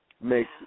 makes